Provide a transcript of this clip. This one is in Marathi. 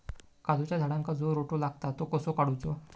काजूच्या झाडांका जो रोटो लागता तो कसो काडुचो?